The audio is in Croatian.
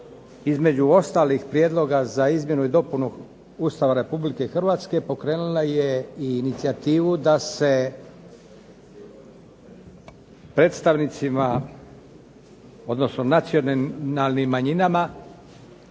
između ostalih prijedloga za izmjenu i dopunu Ustava Republike Hrvatske pokrenula je i inicijativu da se predstavnicima, odnosno nacionalnim manjinama